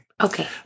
Okay